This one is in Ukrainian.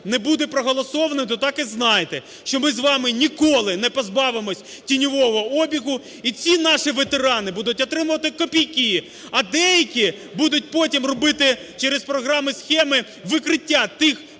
не буде проголосовано, то так і знайте, що ми з вами ніколи не позбавимось тіньового обігу, і ці наші ветерани будуть отримувати копійки. А деякі будуть потім робити через програми-схеми викриття тих